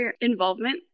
involvement